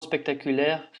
spectaculaire